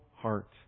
heart